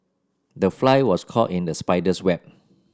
the fly was caught in the spider's web